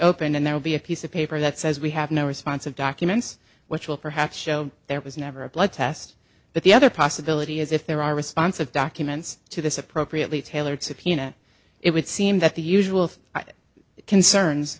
opened and there will be a piece of paper that says we have no response of documents which will perhaps show there was never a blood test but the other possibility is if there are responsive documents to this appropriately tailored subpoena it would seem that the usual